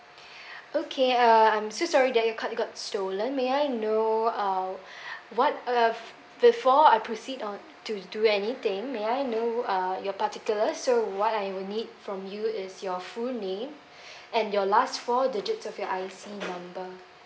okay uh I am so sorry that your card got stolen may I know uh what uh before I proceed on to do anything may I know uh your particulars so what I will need from you is your full name and your last four digits of your I_C number